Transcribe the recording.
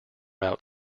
out